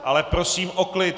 Ale prosím o klid!